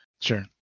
Sure